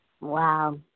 Wow